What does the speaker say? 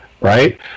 right